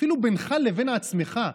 אפילו בינך לבין עצמך,